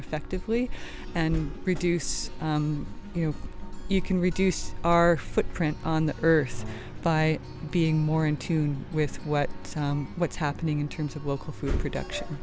effectively and reduce you know you can reduce our footprint on the earth by being more in tune with what what's happening in terms of local food production